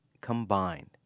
combined